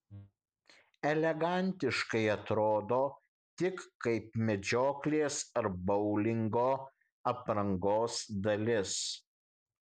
elegantiškai atrodo tik kaip medžioklės ar boulingo aprangos dalis